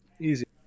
Easy